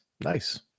Nice